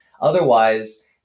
Otherwise